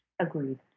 Agreed